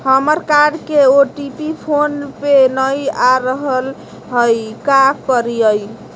हमर कार्ड के OTP phone पे नई आ रहलई हई, का करयई?